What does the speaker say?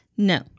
No